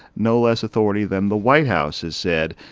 no less authority than the white house has said,